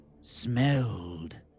Smelled